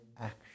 action